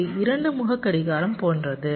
இது 2 முக கடிகாரம் போன்றது